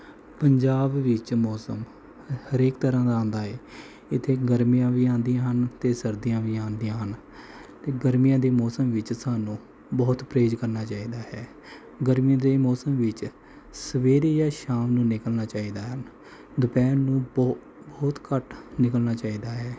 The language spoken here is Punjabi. ਪੰਜਾਬ ਵਿੱਚ ਮੌਸਮ ਹਰੇਕ ਤਰ੍ਹਾਂ ਦਾ ਆਉਂਦਾ ਏ ਇੱਥੇ ਗਰਮੀਆਂ ਵੀ ਆਉਂਦੀਆਂ ਹਨ ਅਤੇ ਸਰਦੀਆਂ ਵੀ ਆਉਂਦੀਆਂ ਹਨ ਗਰਮੀਆਂ ਦੇ ਮੌਸਮ ਵਿੱਚ ਸਾਨੂੰ ਬਹੁਤ ਪ੍ਰਹੇਜ਼ ਕਰਨਾ ਚਾਹੀਦਾ ਹੈ ਗਰਮੀ ਦੇ ਮੌਸਮ ਵਿੱਚ ਸਵੇਰੇ ਜਾਂ ਸ਼ਾਮ ਨੂੰ ਨਿਕਲਣਾ ਚਾਹੀਦਾ ਹਨ ਦੁਪਹਿਰ ਨੂੰ ਬਹੁ ਬਹੁਤ ਘੱਟ ਨਿਕਲਣਾ ਚਾਹੀਦਾ ਹੈ